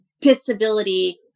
disability